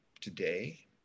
Today